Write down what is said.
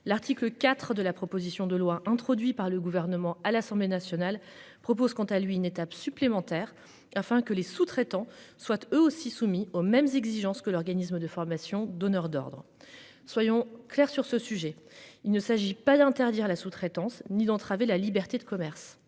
L'article IV de la proposition de loi introduit par le gouvernement à l'Assemblée nationale propose quant à lui une étape supplémentaire afin que les sous-traitants soient eux aussi soumis aux mêmes exigences que l'organisme de formation donneur d'ordres. Soyons clairs sur ce sujet. Il ne s'agit pas d'interdire la sous-traitance ni d'entraver la liberté de commerce